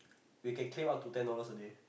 we can claim up to ten dollars a day